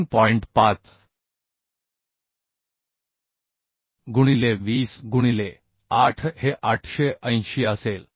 5 गुणिले 20 गुणिले 8 हे 880 असेल